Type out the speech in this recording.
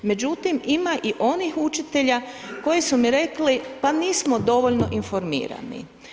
Međutim, ima i onih učitelja koji su mi rekli pa nismo dovoljno informirani.